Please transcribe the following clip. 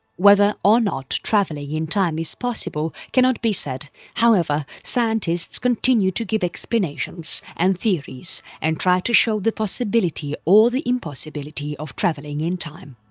whether or not travelling in time is possible cannot be said however, scientists continue to give explanations and theories and try to show the possibility or the impossibility of travelling in time.